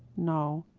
no.